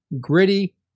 Gritty